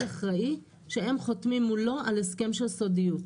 אחראי שהם חותמים מולו על הסכם של סודיות.